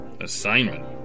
Assignment